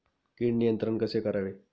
कीड नियंत्रण कसे करावे?